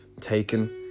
taken